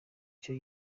icyo